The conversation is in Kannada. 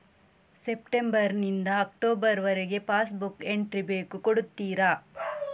ಸೆಪ್ಟೆಂಬರ್ ನಿಂದ ಅಕ್ಟೋಬರ್ ವರಗೆ ಪಾಸ್ ಬುಕ್ ಎಂಟ್ರಿ ಬೇಕು ಕೊಡುತ್ತೀರಾ?